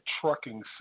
trucking